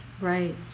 right